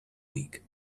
week